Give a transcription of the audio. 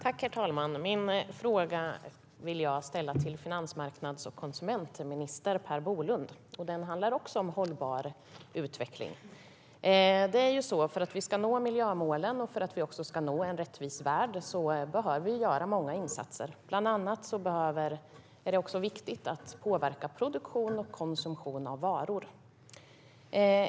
Herr talman! Min fråga vill jag ställa till finansmarknads och konsumentminister Per Bolund. Den handlar också om hållbar utveckling. För att vi ska nå miljömålen och för att vi också ska nå en rättvis värld behöver vi göra många insatser. Bland annat är det viktigt att påverka produktion och konsumtion av varor.